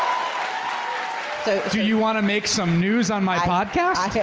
um do you want to make some news on my podcast?